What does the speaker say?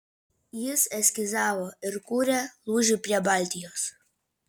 jis eskizavo ir kūrė lūžį prie baltijos